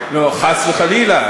אז השר ימלא את